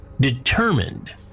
determined